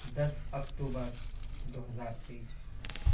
دس اکتوبر دو ہزار تیئس